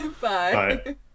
Bye